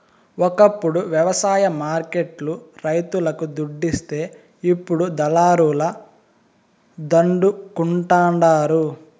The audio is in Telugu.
ఒకప్పుడు వ్యవసాయ మార్కెట్ లు రైతులకు దుడ్డిస్తే ఇప్పుడు దళారుల దండుకుంటండారు